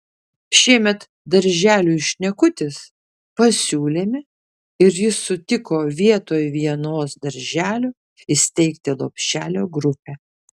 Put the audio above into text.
šiemet darželiui šnekutis pasiūlėme ir jis sutiko vietoj vienos darželio įsteigti lopšelio grupę